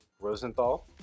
Rosenthal